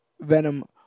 Venom